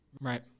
Right